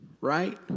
Right